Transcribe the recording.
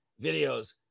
videos